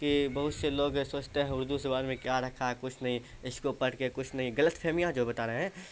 کہ بہت سے لوگ یہ سوچتے ہیں اردو زبان میں کیا رکھا ہے کچھ نہیں اس کو پڑھ کے کچھ نہیں غلط فہمیاں ہیں جو بتا رہے ہیں